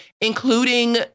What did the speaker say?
including